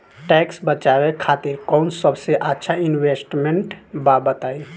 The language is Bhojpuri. टैक्स बचावे खातिर कऊन सबसे अच्छा इन्वेस्टमेंट बा बताई?